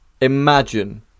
imagine